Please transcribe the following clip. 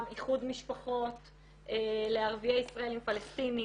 איחוד משפחות לערביי ישראל עם פלשתינים,